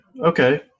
okay